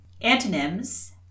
antonyms